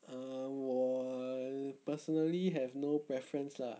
err 我 personally have no preference lah